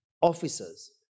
officers